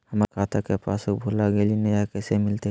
हमर खाता के पासबुक भुला गेलई, नया कैसे मिलतई?